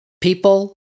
people